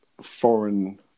Foreign